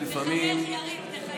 תחייך, יריב, תחייך.